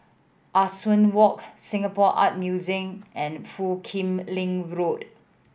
Ah Soo Walk Singapore Art Museum and Foo Kim Lin Road